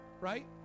right